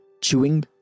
chewing